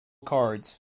cards